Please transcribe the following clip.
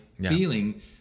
feeling